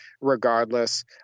regardless